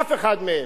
אף אחד מהם.